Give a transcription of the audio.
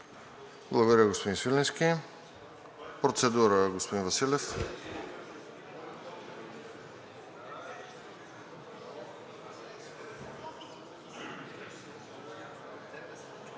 Благодаря, господин Свиленски. Процедура – господин Василев.